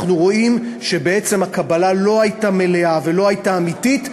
אנחנו רואים שבעצם הקבלה לא הייתה מלאה ולא הייתה אמיתית,